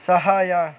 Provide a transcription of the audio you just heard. ಸಹಾಯ